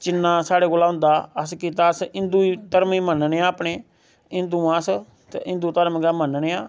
जिन्ना स्हाड़े कोला हुंदा अस कीता अस हिंदू धर्म गी मन्नने आं अपने हिंदू आं अस ते हिंदू धर्म गै मन्नने आं